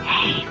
Hey